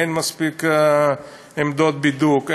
אין מספיק עמדות בידוק,